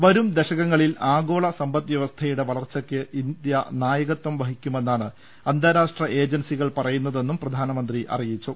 വരും ദശകങ്ങളിൽ ആഗോള സമ്പദ് വ്യവസ്ഥയുടെ വളർച്ചയ്ക്ക് ഇന്ത്യ നായകത്വം വഹിക്കുമെന്നാണ് അന്താരാഷ്ട്ര ഏജൻസികൾ പറയുന്നതെന്നും പ്രധാനമന്ത്രി അറിയിച്ചു